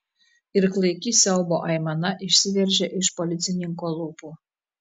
ir klaiki siaubo aimana išsiveržė iš policininko lūpų